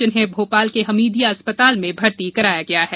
जिन्हें भोपाल के हमीदिया अस्पताल में भर्ती कराया गया है